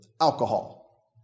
alcohol